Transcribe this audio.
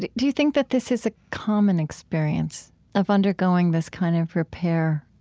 do you think that this is a common experience of undergoing this kind of repair?